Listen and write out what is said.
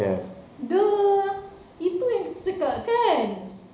!duh! itu yang kita cakap kan